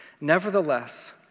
nevertheless